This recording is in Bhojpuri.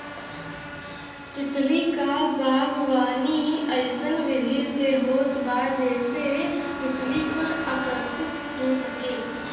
तितली क बागवानी अइसन विधि से होत बा जेसे तितली कुल आकर्षित हो सके